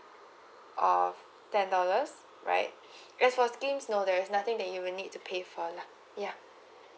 of ten dollars right then as for scheme no there's nothing that you will need to pay for lah ya